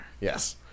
Yes